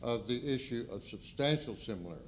of the issue of substantial similar